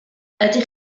ydych